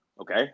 Okay